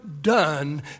done